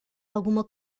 alguma